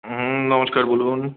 হুম নমস্কার বলুন